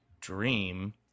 dream